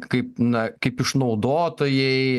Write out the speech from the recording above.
kaip na kaip išnaudotojai